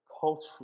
cultural